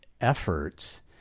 efforts